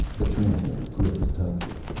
the transmitter gripped tightly.